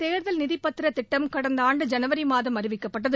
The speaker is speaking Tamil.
தேர்தல் நிதிப்பத்திர திட்டம கடந்த ஆண்டு ஜனவரி மாதம் அறிவிக்கப்பட்டது